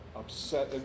upset